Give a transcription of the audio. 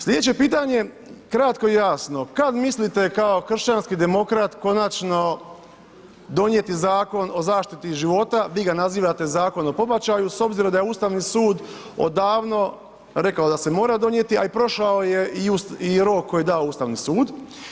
Slijedeće pitanje, kratko i jasno, kad mislite kao kršćanski demokrat konačno donijeti Zakon o zaštiti života, vi ga nazivate Zakon o pobačaju s obzirom da je Ustavni sud odavno rekao da se mora donijeti a i prošao je i rok koji je dao Ustavni sud?